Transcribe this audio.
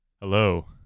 Hello